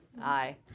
Aye